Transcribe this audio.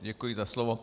Děkuji za slovo.